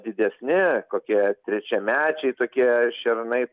didesni kokie trečiamečiai tokie šernai